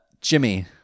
Jimmy